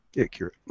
accurate